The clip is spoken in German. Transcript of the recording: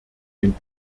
den